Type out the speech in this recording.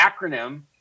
acronym